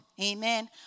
Amen